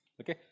okay